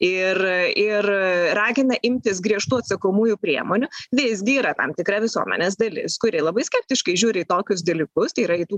ir ir ragina imtis griežtų atsakomųjų priemonių visgi yra tam tikra visuomenės dalis kuri labai skeptiškai žiūri į tokius dalykus tai yra į tų